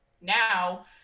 now